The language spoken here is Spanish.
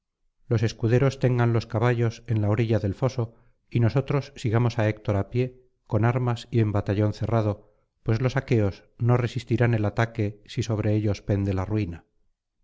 los escuderos tengan los caballos en la orilla del foso y nosotros sigamos á héctor á pie con armas y en batallón cerrado pues los aqueos no resistirán el ataque si sobre ellos pende la ruina